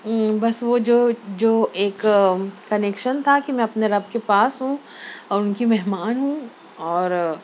بس وہ جو جو ایک کنیکشن تھا کہ میں اپنے رب کے پاس ہوں اور ان کی مہمان ہوں اور